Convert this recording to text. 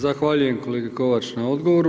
Zahvaljujem kolegi Kovač na odgovoru.